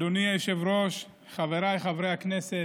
אדוני היושב-ראש, חבריי חברי הכנסת,